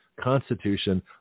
constitution